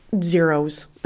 zeros